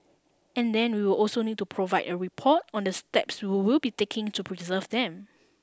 and then we will also need to provide a report on the steps we will be taking to preserve them